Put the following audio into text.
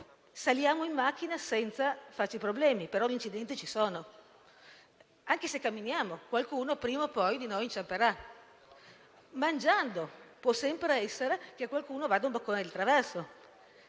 Saliamo in macchina senza farci problemi, ma gli incidenti ci sono. Anche se camminiamo, prima o poi qualcuno di noi inciamperà. Mangiando, può sempre essere che a qualcuno vada un boccone di traverso.